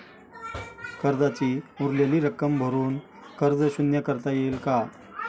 कर्जाची उरलेली रक्कम भरून कर्ज शून्य करता येईल का?